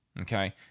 Okay